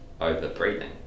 over-breathing